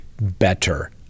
better